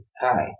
hi